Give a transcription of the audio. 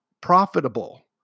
profitable